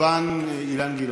רבן אילן גילאון.